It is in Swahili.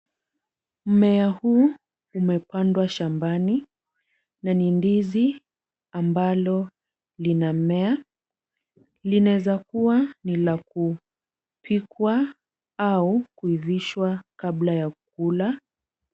Mmea huu umepandwa shambani na ni ndizi ambalo linamea. Linaweza kuwa ni la kupikwa au kuivishwa kabla ya kula.